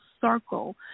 circle